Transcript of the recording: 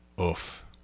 Oof